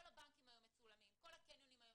כל הבנקים היום מצולמים, כל הקניונים מצולמים.